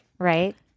Right